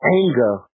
anger